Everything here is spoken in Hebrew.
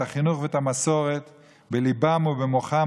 את החינוך ואת המסורת בליבם ובמוחם